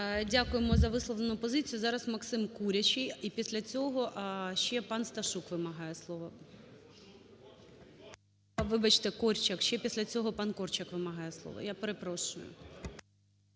Дякуємо за висловлену позицію. Зараз Максим Курячий. І після цього ще пан Сташук вимагає слово. Вибачте, Корчик. Ще після цього пан Корчик вимагає слово. Я перепрошую.